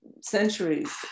centuries